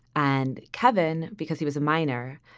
and kevin, because he was a minor,